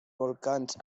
volcans